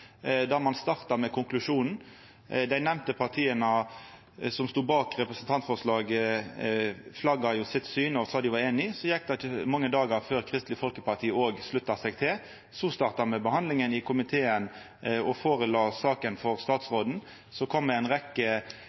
der ein starta med konklusjonen. Dei nemnde partia som stod bak representantforslaget, flagga sitt syn og sa dei var einige. Så gjekk det ikkje mange dagar før Kristeleg Folkeparti òg slutta seg til. Så starta me behandlinga i komiteen og la saka fram for statsråden, som kom med ei rekke